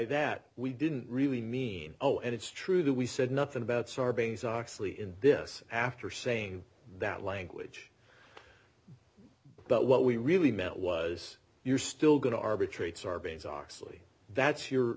that we didn't really mean oh and it's true that we said nothing about sarbanes oxley in this after saying that language but what we really meant was you're still going to arbitrate sarbanes oxley that's your